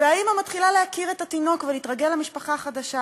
והאימא מתחילה להכיר את התינוק ולהתרגל למשפחה החדשה,